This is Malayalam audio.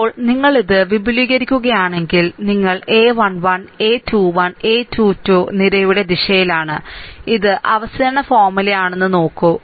ഇപ്പോൾ നിങ്ങൾ ഇത് വിപുലീകരിക്കുകയാണെങ്കിൽ നിങ്ങൾ a1 1 a21 a2 2 നിരയുടെ ദിശയിലാണ് ഇത് അവസാന ഫോർമുലയാണെന്ന് നോക്കൂ